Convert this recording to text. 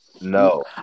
No